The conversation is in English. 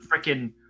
freaking